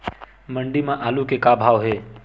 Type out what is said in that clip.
मंडी म आलू के का भाव हे?